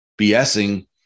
BSing